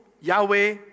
Yahweh